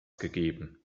gegeben